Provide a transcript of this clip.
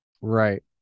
Right